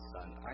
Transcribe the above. son